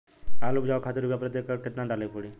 आलू उपजावे खातिर यूरिया प्रति एक कट्ठा केतना डाले के पड़ी?